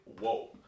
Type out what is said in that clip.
Whoa